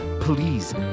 please